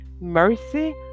mercy